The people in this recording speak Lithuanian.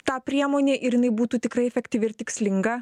ta priemonė ir jinai būtų tikrai efektyvi ir tikslinga